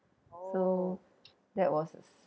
so that was